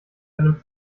einem